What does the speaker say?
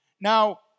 Now